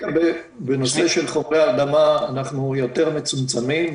בנושא של חומרי הרדמה אנחנו יותר מצומצמים,